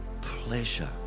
pleasure